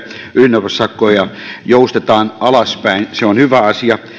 ylinopeussakkoja joustetaan alaspäin se on hyvä asia